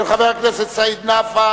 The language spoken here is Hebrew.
של חבר הכנסת אורלב,